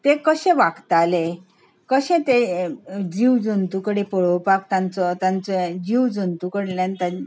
तें कशें वागताले कशें तें जीव जंतू कडेन पळोवपाक ताचे तांचो जीव जंतू कडल्यान तां